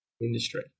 industry